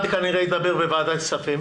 אחד כנראה ידבר בוועדת כספים